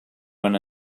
when